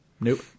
Nope